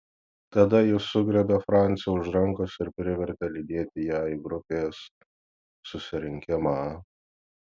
tada ji sugriebė francį už rankos ir privertė lydėti ją į grupės susirinkimą